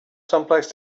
someplace